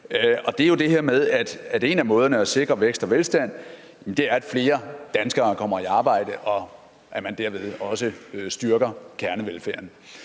det er jo det her med, at en af måderne at sikre vækst og velstand på er, at flere danskere kommer i arbejde, og at man derved også styrker kernevelfærden.